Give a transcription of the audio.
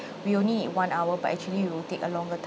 we only need one hour but actually we'll take a longer time